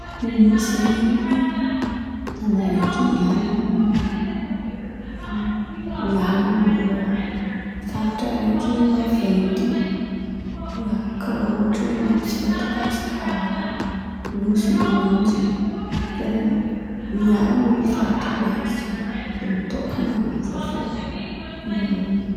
Nosy zen̈y amiko tan̈y araiky miala amy ny miala amy faritry raiky maventy ia! Karàha ohatra hoe nosy Madagasikara, nosy Lonjy karàha in̈y, mala amy faritry raiky zen̈y de mitôkan̈a izy avy eo.